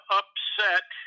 upset